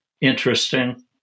interesting